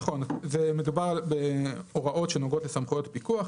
מדובר בהוראות שנוגעות לסמכויות הפיקוח,